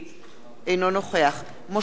אינו נוכח משה יעלון,